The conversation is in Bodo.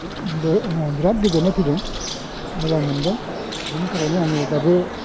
बिराद गोजोननाय फैदों मोजां मोन्दों बेनि थाखायनो आङो दाबो